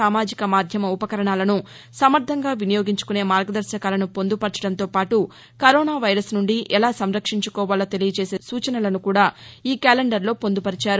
సామాజిక మాధ్యమ ఉపకరణాలను సమర్దంగా వినియోగించుకునే మార్గదర్శకాలను పొందుపరచడం తోపాటు కరోనా వైరస్ నుండి ఎలా సంరక్షించుకోవాలో తెలియచేసే సూచనలను కూడా ఈ క్యాలెండర్లో పొందుపరిచారు